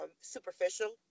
superficial